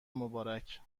مبارک